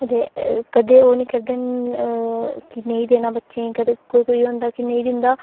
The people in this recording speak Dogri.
ते कदें ओह् निं करदे न की नेईं देना बच्चें गी की कोई कोई नेईं दिंदा